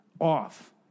off